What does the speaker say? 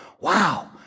wow